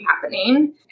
happening